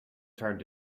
turned